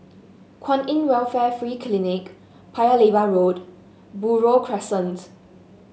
Kwan In Welfare Free Clinic Paya Lebar Road Buroh Crescents